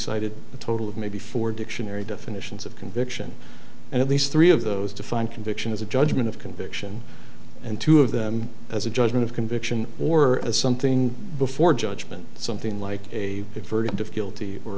cited a total of maybe four dictionary definitions of conviction and at least three of those define conviction as a judgment of conviction and two of them as a judgment of conviction or as something before judgment something like a verdict of guilty or